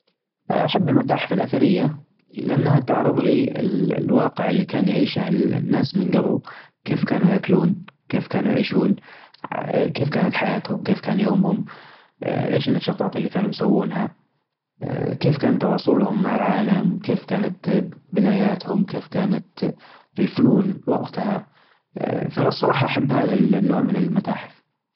نحب الفيفا لان فيها تحدي خاصة في الاونلاين تعرف على ناس جديدة وكذا تتحداهم يتحدونك مرة تنهزم مرة تربح تحط خطط تحط استراتيجية تشتري لاعب تبيع لاعب يعيشك جوة الصراحة تحس انك يعني انت المتحكم في الموظوع بس لهذا السبب أحب الفيفا وما أحب البيس الصراحة أحسها سمبل كذا ما فيها اي تحديات.